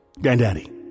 granddaddy